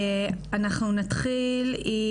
אנחנו נתחיל עם